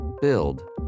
build